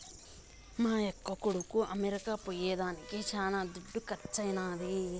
మా యక్క కొడుకు అమెరికా పోయేదానికి శానా దుడ్డు కర్సైనాది